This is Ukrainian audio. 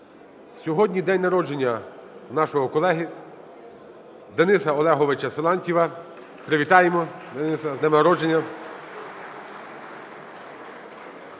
Сьогодні день народження у нашого колеги Дениса Олеговича Силантьєва. Привітаємо Дениса з днем народження.